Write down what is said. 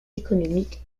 économique